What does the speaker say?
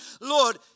Lord